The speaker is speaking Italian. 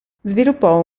sviluppò